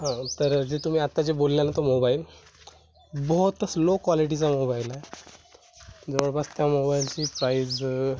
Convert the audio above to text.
हां तर जे तुम्ही आत्ता जे बोलल्या नं तो मोबाईल बहोतच लो क्वालिटीचा मोबाईल आहे जवळपास त्या मोबाईलची प्राईज